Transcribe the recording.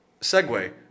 segue